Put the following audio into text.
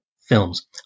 films